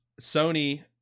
Sony